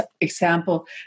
example